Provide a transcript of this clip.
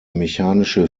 mechanische